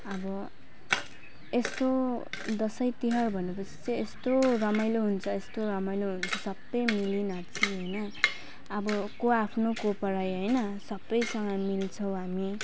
अब यस्तो दसैँ तिहार भनेपछि चाहिँ यस्तो रमाइलो हुन्छ यस्तो रमाइलो हुन्छ सबै मिली नाची होइन अब को आफ्नो को पराई होइन सबैसँग मिल्छौँ हामी